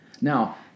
Now